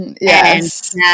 Yes